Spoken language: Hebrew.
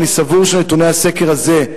אני סבור שנתוני הסקר הזה,